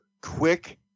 quick